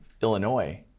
Illinois